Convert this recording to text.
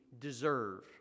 deserve